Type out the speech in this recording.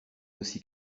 aussi